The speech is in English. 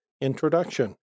Introduction